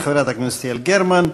חברת הכנסת יעל גרמן,